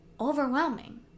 overwhelming